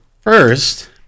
first